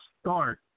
start